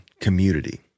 community